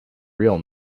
real